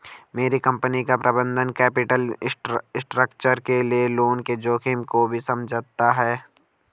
मेरी कंपनी का प्रबंधन कैपिटल स्ट्रक्चर के लिए लोन के जोखिम को भी समझता है